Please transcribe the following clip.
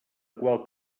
qual